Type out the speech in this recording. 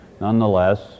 nonetheless